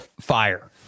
Fire